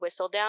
Whistledown